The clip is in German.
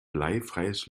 bleifreies